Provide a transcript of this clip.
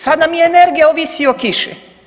Sada nam i energija ovisi o kiši.